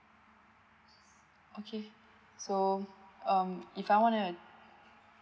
okay so um if I want to